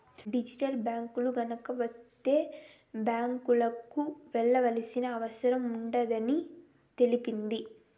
digital బ్యాంకులు గనక వత్తే బ్యాంకులకు వెళ్లాల్సిన అవసరం ఉండదని తెలిపింది